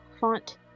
font